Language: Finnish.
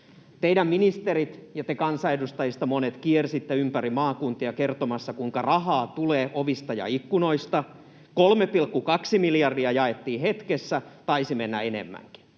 Teidän ministerit ja monet teistä kansanedustajista kiersivät ympäri maakuntia kertomassa, kuinka rahaa tulee ovista ja ikkunoista. 3,2 miljardia jaettiin hetkessä, taisi mennä enemmänkin.